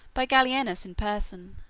by gallienus in person,